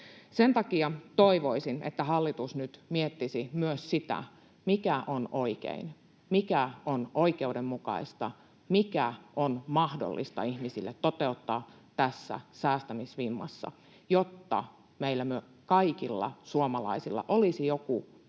Sen takia toivoisin, että hallitus nyt miettisi myös sitä, mikä on oikein, mikä on oikeudenmukaista, mikä on mahdollista ihmisille toteuttaa tässä säästämisvimmassa, jotta meillä kaikilla suomalaisilla olisi joku positiivinen